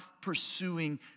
pursuing